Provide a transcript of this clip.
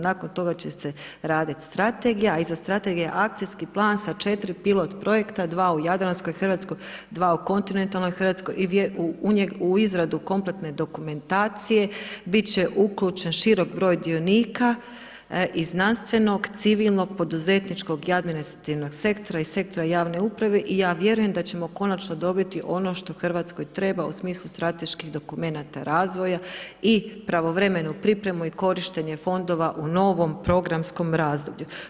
Nakon toga će se radit Strategija, a iza Strategije, Akcijski plan sa 4 pilot projekta, 2 u Jadranskoj Hrvatskoj, 2 u kontinentalnoj Hrvatskoj, i u izradu kompletne dokumentacije, bit će uključen širok broj dionika, iz znanstvenog, civilnog, poduzetničkog i administrativnog sektora, i sektora javne uprave, i ja vjerujem da ćemo konačno dobiti ono što Hrvatskoj treba u smislu strateških dokumenata razvoja i pravovremenu pripremu i korištenje fondova u novom programskom razdoblju.